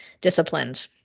disciplined